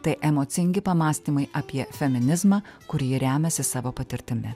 tai emocingi pamąstymai apie feminizmą kur ji remiasi savo patirtimi